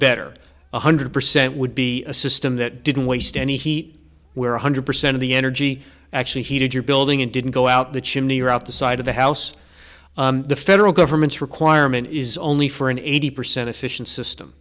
better one hundred percent would be a system that didn't waste any heat where one hundred percent of the energy actually heated your building it didn't go out the chimney or out the side of the house the federal government's requirement is only for an eighty percent efficient system